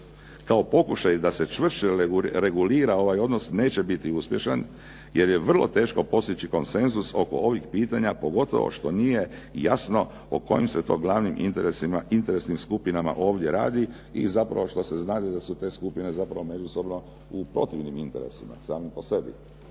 kao pokušaj da se čvršće regulira ovaj odnos neće biti uspješan, jer je vrlo teško postići konsenzus oko ovih pitanja pogotovo što nije jasno o kojim se to glavnim interesnima skupinama ovdje radi. I zapravo što se znate da su te skupine zapravo međusobno u protivnim interesima samim po sebi.